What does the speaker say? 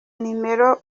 numero